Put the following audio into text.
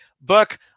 book